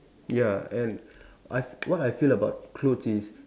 ya and I what I feel about clothes is